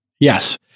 Yes